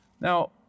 Now